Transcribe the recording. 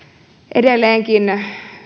edelleenkin